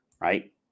right